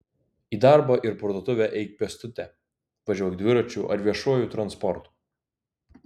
į darbą ir parduotuvę eik pėstute važiuok dviračiu ar viešuoju transportu